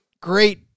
great